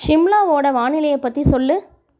ஷிம்லாவோட வானிலையப் பற்றி சொல்